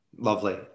Lovely